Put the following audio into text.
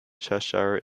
cheshire